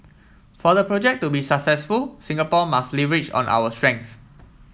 for the project to be successful Singapore must leverage on our strengths